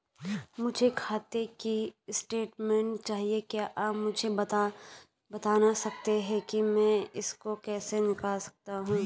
मुझे खाते की स्टेटमेंट चाहिए क्या आप मुझे बताना सकते हैं कि मैं इसको कैसे निकाल सकता हूँ?